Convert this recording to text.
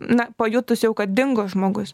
na pajutus jau kad dingo žmogus